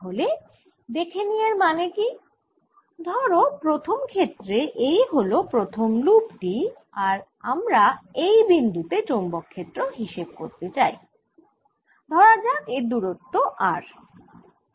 তাহলে দেখে নিই এর মানে কি ধরো প্রথম ক্ষেত্রে এই হল প্রথম লুপ টি আর আমরা এই বিন্দু তে চৌম্বক ক্ষেত্র হিসেব করতে চাই ধরা যাক এর দুরত্ব r